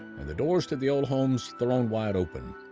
and the doors to the old homes thrown wide open,